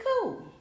cool